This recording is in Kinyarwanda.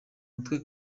mutwe